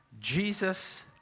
Jesus